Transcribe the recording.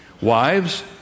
Wives